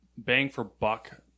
bang-for-buck